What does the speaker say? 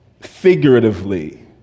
Figuratively